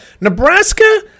Nebraska